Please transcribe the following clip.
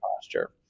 posture